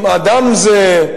עם אדם זה.